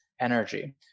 energy